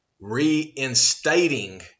reinstating